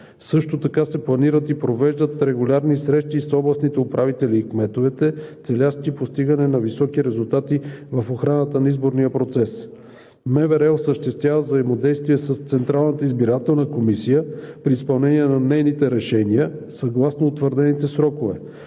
Също така се планират и провеждат регулярни срещи и с областните управители и кметовете, целящи постигане на високи резултати в охраната на изборния процес. МВР осъществява взаимодействие с Централната избирателна комисия при изпълнение на нейните решения, съгласно утвърдените срокове.